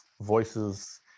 voices